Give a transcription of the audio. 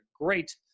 great